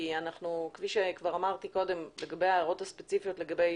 כי כפי שכבר אמרתי קודם לגבי ההערות הספציפיות לגבי